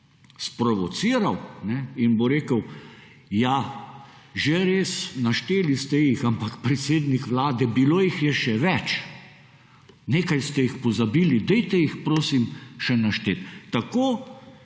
sprovociral. In bo rekel, ja, že res, našteli ste jih, ampak, predsednik vlade, bilo jih je še več. Nekaj ste jih pozabili, dajte jih prosim še našteti.